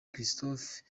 christophe